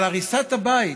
אבל הריסת הבית